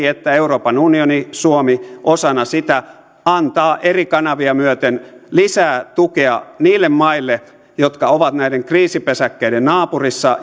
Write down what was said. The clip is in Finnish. että euroopan unioni suomi osana sitä antaa eri kanavia myöten lisää tukea niille maille jotka ovat näiden kriisipesäkkeiden naapurissa